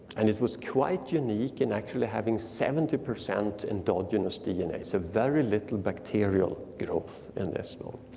and it was quite unique in actually having seventy percent endogenous dna, so very little bacterial growth in this bone.